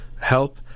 help